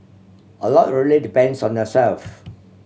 a lot really depends on yourself